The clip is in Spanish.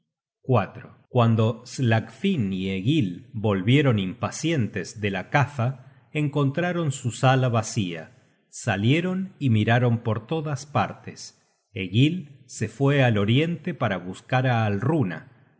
destino cuando slagfinn y egil volvieron impa cientes de la caza encontraron su sala vacía salieron y miraron por todas partes egil se fue al oriente para buscar á alruna